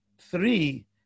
three